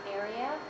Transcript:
area